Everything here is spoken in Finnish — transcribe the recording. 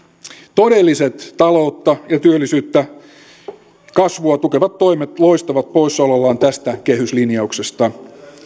todelliset taloutta työllisyyttä ja kasvua tukevat toimet loistavat poissaolollaan tästä kehyslinjauksesta